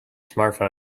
smartphone